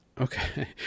Okay